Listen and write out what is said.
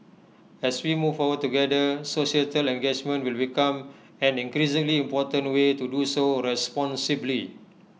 as we move forward together societal engagement will become an increasingly important way to do so responsibly